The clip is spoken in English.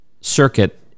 circuit